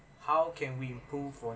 how can we improve from